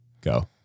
Go